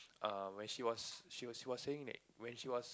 err when she was she was she was saying that when she was